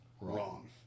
wrong